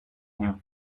him